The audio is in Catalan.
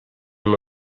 amb